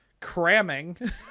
cramming